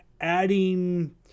Adding